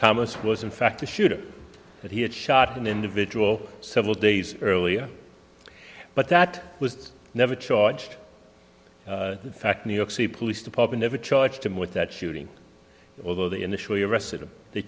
thomas was in fact a shooter that he had shot an individual several days earlier but that was never charged the fact new york city police department never charged him with that shooting although they initially arrested him they